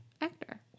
actor